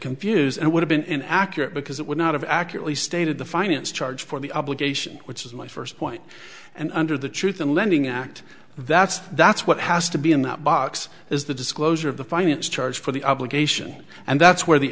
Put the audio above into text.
confuse and would have been accurate because it would not have accurately stated the finance charge for the obligation which is my first point and under the truth in lending act that's that's what has to be in that box is the disclosure of the finance charge for the obligation and that's where the